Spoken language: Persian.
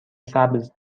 سبز